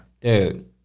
Dude